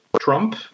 Trump